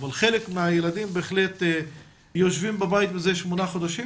אבל חלק מהתלמידים בהחלט יושבים בבית מזה שמונה חודשים,